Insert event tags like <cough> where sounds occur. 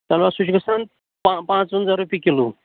<unintelligible> سُہ چھِ گَژھان پا پانٛژھ وَنٛزاہ رۄپیہِ کِلوٗ